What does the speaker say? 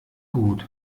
gut